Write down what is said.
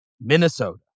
Minnesota